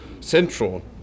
central